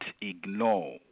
ignore